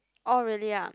oh really ah